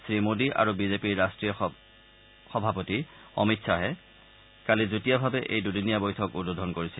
শ্ৰীমোডী আৰু বিজেপিৰ ৰাষ্ট্ৰপতি সভাপতি অমিত শ্বাহে কালি যুটীয়াভাৱে এই দুদিনীয়া বৈঠক উদ্বোধন কৰিছিল